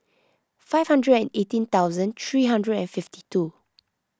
five hundred and eighteen thousand three hundred and fifty two